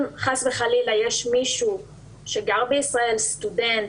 אם חס וחלילה יש מישהו שגר בישראל, סטודנט,